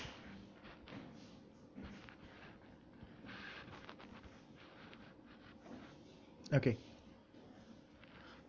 okay